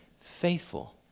faithful